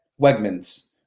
wegman's